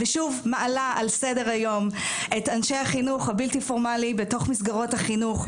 ושוב מעלה על סדר היום את אנשי החינוך הבלתי פורמלי בתוך מסגרות החינוך,